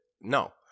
No